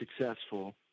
successful